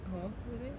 hor 对不对